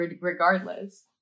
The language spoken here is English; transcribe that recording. regardless